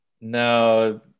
No